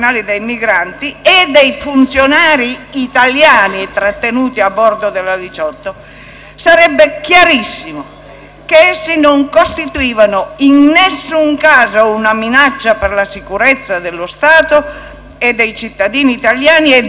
è però chiarissimo che essi non costituivano in nessun caso una minaccia per la sicurezza dello Stato e dei cittadini italiani e dunque che il loro sequestro a bordo della nave militare italiana non era affatto